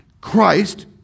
Christ